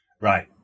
Right